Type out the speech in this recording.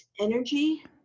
energy